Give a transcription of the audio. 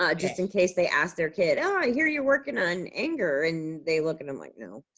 ah just in case they ask their kid, oh, i hear you're working on anger? and they look at them like, no.